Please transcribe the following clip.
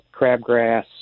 crabgrass